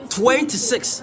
twenty-six